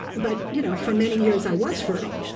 but you know for many years, i was fertile.